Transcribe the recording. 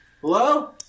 Hello